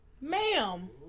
Ma'am